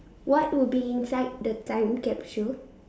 what would be inside the time capsule